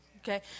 okay